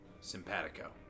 simpatico